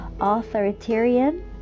authoritarian